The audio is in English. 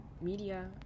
media